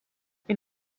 est